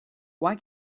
why